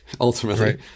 ultimately